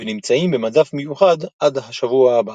ונמצאים במדף מיוחד עד השבוע הבא.